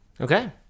Okay